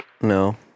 no